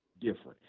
different